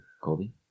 Colby